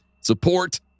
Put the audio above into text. support